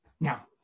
Now